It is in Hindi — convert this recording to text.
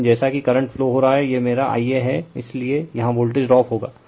लेकिन जैसा कि करंट फ्लो हो रहा है यह मेरा Ia है इसलिए यहाँ वोल्टेज ड्रॉप होगा